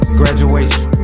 graduation